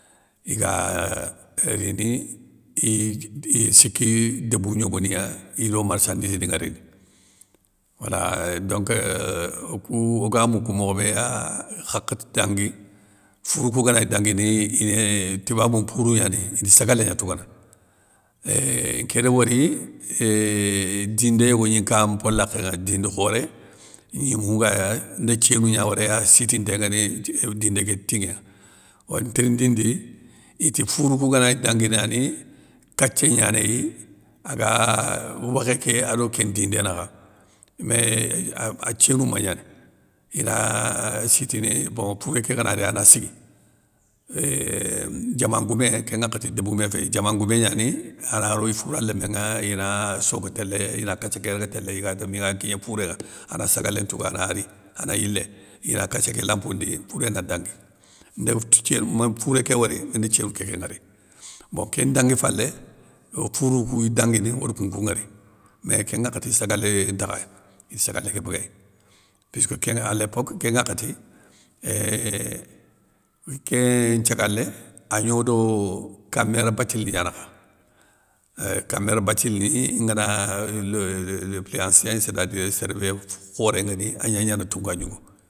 Iga rini i sik ti i siki débou gnogoniya ido marssandissi nga rini, wala donc okou oga moukou mokho béya hakhati dangui, fourou kou ganagni danguini ine toubabou gnanéy ine sagalé gna tougana, éuuhh nké di wori éuuhh dindé yogo gni nka mpalakhénŋa dinde khoré gnimou ngaya nde thiénou gna woréya assitinté nguéni dindé ké tinŋé, wa ntirindi ndi, iti fourou, kou gana gni dangui na nikathié gnanéy aga wokhé ké, ado kén ndindé nakha, mé a thiénou ma gnani ina a sitini bon fouré ké gana ri ana sigui, ééuuuhhh diama goumé, kén ŋwakhati débgoumé fé, diaman ngoumé gnani ana ro i foura lémé nŋa, ina soka télé ina kathué ké raga télé, iga télé miga nkigné fouré ŋa, ana sagalé ntouga ana ri, ana yilé, ina kathié ké lampoundi fouré na dangui. Ndéw ti thiénou ma fouré ké wori khi nda thiénou kékén ŋwori. Bo kén ndangui falé, o fourou kou iy danguini, or koukou nŋwori mé kén ŋwakhati sagalé ntakhayéy, ide sagalé ké béguéy, puisskeu kénŋa a lépok kén ŋakhati éuuhh kéinn nthiagalé agno do kaméra bathily ni gna nakha, éuuhhh kaméra bathily ni ngana le le plus ancien c'est à dire sér bé khoré nguéni agna gnana tounka gnigo.